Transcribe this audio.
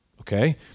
Okay